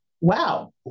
Wow